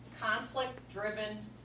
conflict-driven